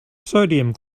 sodium